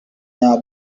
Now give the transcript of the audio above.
know